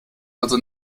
also